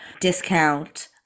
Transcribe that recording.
discount